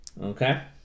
Okay